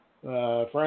Frank